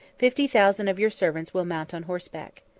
fifty thousand of your servants will mount on horseback.